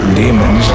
demons